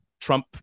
Trump